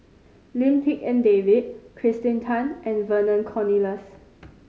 Lim Tik En David Kirsten Tan and Vernon Cornelius